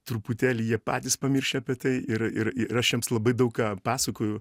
truputėlį jie patys pamiršę apie tai ir ir ir aš jiems labai daug ką pasakoju